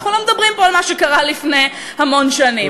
אנחנו לא מדברים פה על מה שקרה לפני המון שנים.